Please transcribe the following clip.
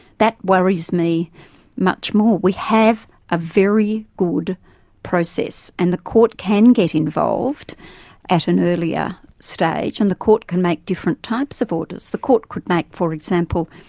that worries me much more. we have a very good process, and the court can get involved at an earlier stage, and the court can make different types of orders the court could make, for example,